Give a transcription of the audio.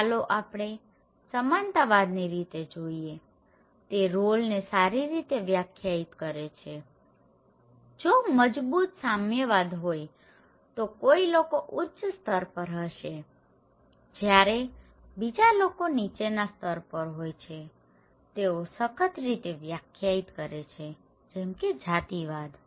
ચાલો આપણે સમાનતા વાદની રીતે જોઈએ તે રોલ ને સારી રીતે વ્યાખ્યાયીત કરે છેજો મજબૂત સામ્યવાદ હોય તો કોઈ લોકો ઊચ્ચ સ્તર પર હશે જયારે બીજા લોકો નીચેના સ્તર પર હોય છેતેઓ સખત રીતે વ્યાખ્યાયીત કરે છે જેમકે જાતિવાદ